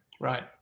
Right